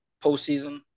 postseason